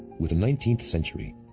with the nineteenth century,